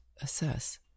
assess